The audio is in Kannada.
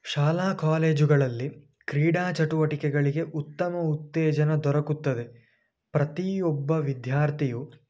ಶಾಲಾ ಕಾಲೇಜುಗಳಲ್ಲಿ ಕ್ರೀಡಾ ಚಟುವಟಿಕೆಗಳಿಗೆ ಉತ್ತಮ ಉತ್ತೇಜನ ದೊರಕುತ್ತದೆ ಪ್ರತಿಯೊಬ್ಬ ವಿದ್ಯಾರ್ಥಿಯು